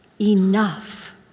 enough